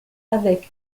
avec